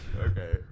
okay